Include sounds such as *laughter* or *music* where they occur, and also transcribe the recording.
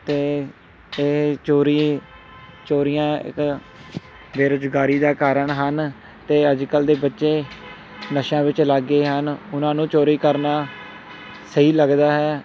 ਅਤੇ ਅਤੇ ਚੋਰੀ ਚੋਰੀਆਂ *unintelligible* ਬੇਰੁਜ਼ਗਾਰੀ ਦਾ ਕਾਰਨ ਹਨ ਅਤੇ ਅੱਜ ਕੱਲ੍ਹ ਦੇ ਬੱਚੇ ਨਸ਼ਿਆਂ ਵਿੱਚ ਲੱਗ ਗਏ ਹਨ ਉਹਨਾਂ ਨੂੰ ਚੋਰੀ ਕਰਨਾ ਸਹੀ ਲੱਗਦਾ ਹੈ